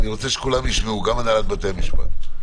אני רוצה שכולם ישמעו, גם הנהלת בתי המשפט.